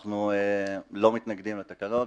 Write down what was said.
אנחנו לא מתנגדים לתקנות,